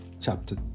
chapter